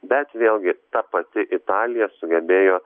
bet vėlgi ta pati italija sugebėjo